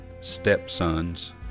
stepsons